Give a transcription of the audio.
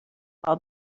all